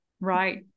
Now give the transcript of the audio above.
Right